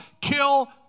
kill